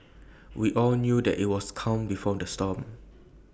we all knew that IT was calm before the storm